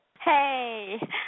Hey